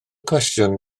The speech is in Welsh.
cwestiwn